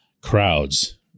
crowds